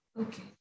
Okay